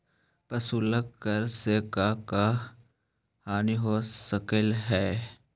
प्रशुल्क कर से का का हानि हो सकलई हे